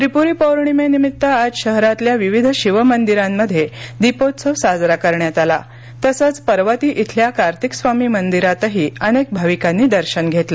त्रिप्री पौर्णिमेनिमित्त आज शहरातल्या विविध शिव मंदिरांमध्ये दीपोत्सव साजरा करण्यात आला तसंच पर्वती इथल्या कार्तिकस्वामी मंदिरातही अनेक भाविकांनी दर्शन घेतलं